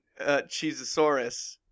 Cheezosaurus